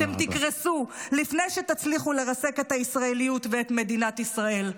אתם תקרסו לפני שתצליחו לרסק את הישראליות ואת מדינת ישראל.